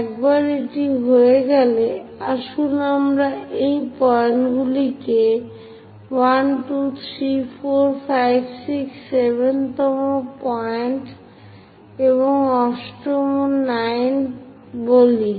একবার এটি হয়ে গেলে আসুন আমরা এই পয়েন্টগুলিকে 1 2 3 4 5 6 7 তম পয়েন্ট এবং 8 ম 9 বলি